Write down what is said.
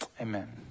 Amen